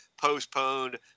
postponed